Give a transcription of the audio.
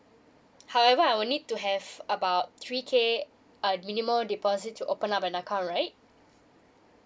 however I will need to have about three k uh minimum deposits to open up an account right